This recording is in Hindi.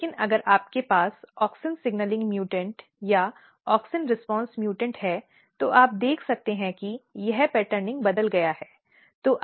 लेकिन अगर आपके पास ऑक्टिन सिग्नलिंग म्यूटेंट या ऑक्सिन रीस्पॉन्स म्यूटॅन्ट है तो आप देख सकते हैं कि यह पैटर्निंग बदल गया है